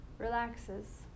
relaxes